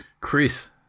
Chris